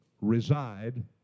reside